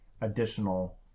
additional